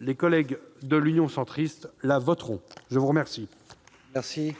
les membres du groupe Union centriste la voteront ! La parole